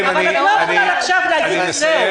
אבל את לא יכולה עכשיו להגיד: זהו.